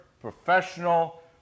professional